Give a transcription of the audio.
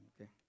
Okay